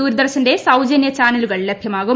ദൂരദർശന്റെ സൌജന്യ ചാനലുകൾ ലഭ്യമാകും